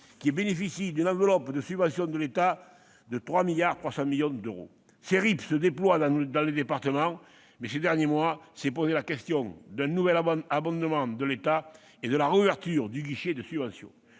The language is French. qui bénéficient d'une enveloppe de subventions de l'État de 3,3 milliards d'euros. Les RIP se déploient dans les départements. Mais, ces derniers mois, s'est posée la question d'un nouvel abondement de l'État et de la réouverture du guichet de subventions.